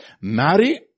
marry